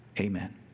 amen